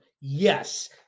Yes